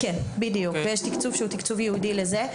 כן, בדיוק, ויש תקצוב שהוא תקצוב ייעודי לזה.